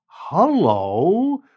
hello